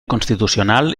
constitucional